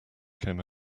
came